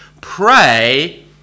Pray